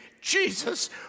Jesus